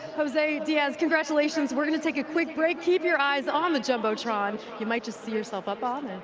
jose diaz, congratulations, we're gonna take a quick break. keep your eyes on the jumbotron, you might just see yourself up on